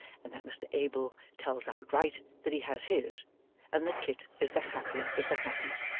and that mr abel tells outright that he has his and that kit is the happiest of the happy.